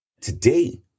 today